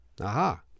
Aha